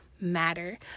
matter